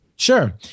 Sure